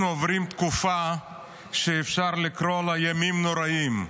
אנחנו עוברים תקופה שאפשר לקרוא לה ימים נוראים.